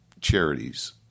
charities